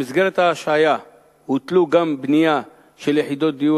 במסגרת ההשהיה הותלתה גם בנייה של יחידות דיור